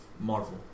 Marvel